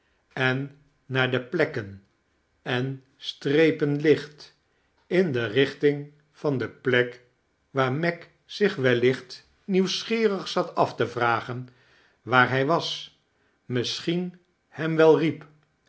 en naar de plekken en strepen licht in de richting van de plek waar meg zich wellicht nieuwsgierig zat af te vragen waar hij was misschien hem wel